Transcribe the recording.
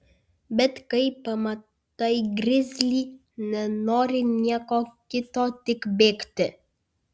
bet kai pamatai grizlį nenori nieko kito tik bėgti